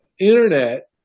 internet